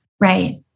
Right